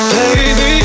Baby